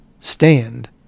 Stand